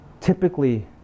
typically